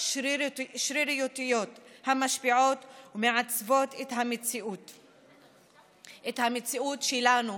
שרירותיות המשפיעות ומעצבות את המציאות שלנו,